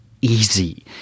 easy